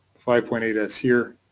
five point eight s here,